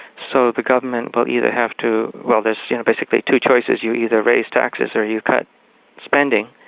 so the government will either have to. well, there's basically two choices you either raise taxes or you cut spending.